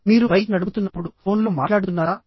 మీరు బైక్ నడుపుతున్నప్పుడు ఫోన్లో మాట్లాడుతున్నారా